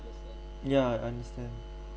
yeah I understand